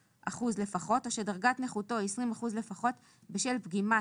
אחוזים לפחות או שדרגת נכותו היא 20 אחוזים לפחות בשל פגימת